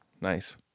Nice